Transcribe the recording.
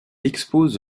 expose